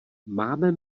máme